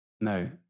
no